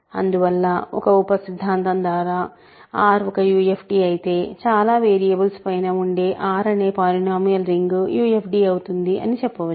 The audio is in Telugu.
అందువల్ల ఒక ఉప సిద్ధాంతం ద్వారా R ఒక UFD అయితే చాలా వేరియబుల్స్ పైన ఉండే R అనే పాలినోమీయల్ రింగ్ UFD అవుతుంది అని చెప్పవచ్చు